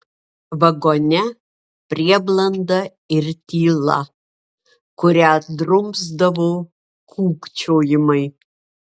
vagone prieblanda ir tyla kurią drumsdavo kūkčiojimai